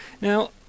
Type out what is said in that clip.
Now